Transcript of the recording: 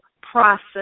process